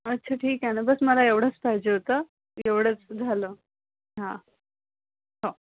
अच्छा ठीक आहे ना बस मला एवढंच पाहिजे होतं एवढंच झालं हा हो